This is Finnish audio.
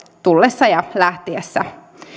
tullessa ja lähtiessä